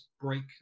break